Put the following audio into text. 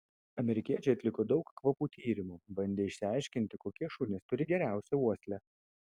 amerikiečiai atliko daug kvapų tyrimų bandė išsiaiškinti kokie šunys turi geriausią uoslę